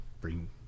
bring